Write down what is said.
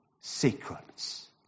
secrets